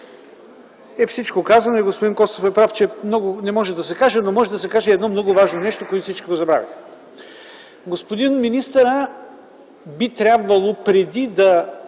е всичко казано. И господин Костов е прав, че не може да се каже много, но може да се каже едно много важно нещо, което всички забравихме – господин министърът би трябвало преди да